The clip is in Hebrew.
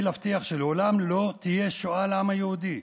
להבטיח שלעולם לא תהיה שואה לעם היהודי,